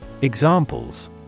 Examples